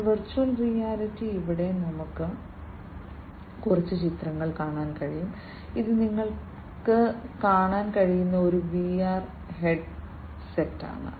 അതിനാൽ virtual reality ഇവിടെ നമുക്ക് കുറച്ച് ചിത്രങ്ങൾ കാണാൻ കഴിയും ഇത് നിങ്ങൾക്ക് കാണാൻ കഴിയുന്ന ഒരു VR ഹെഡ്സെറ്റാണ്